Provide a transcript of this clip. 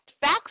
facts